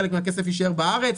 חלק מהכסף יישאר בארץ,